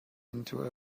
into